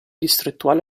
distrettuale